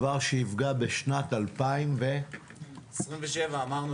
דבר שיפגע בשנת --- בשנת 2027 אמרנו